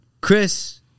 Chris